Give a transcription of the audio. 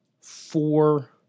four